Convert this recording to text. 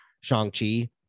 Shang-Chi